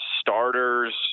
starters